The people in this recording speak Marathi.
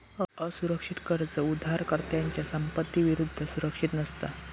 असुरक्षित कर्ज उधारकर्त्याच्या संपत्ती विरुद्ध सुरक्षित नसता